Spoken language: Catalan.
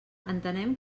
entenem